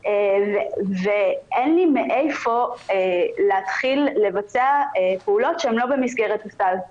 ואין לי מאיפה להתחיל לבצע פעולות שהן לא במסגרת הסל.